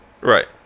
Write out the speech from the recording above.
Right